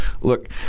look